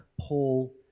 Paul